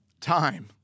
time